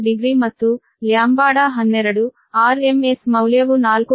6 degree ಮತ್ತು |λ12| RMS ಮೌಲ್ಯವು 4